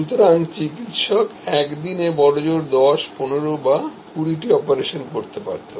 সুতরাং চিকিত্সক এক দিনে বড়জোর 10 15 বা 20 টি অপারেশন করতেপারতেন